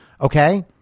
okay